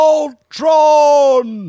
Ultron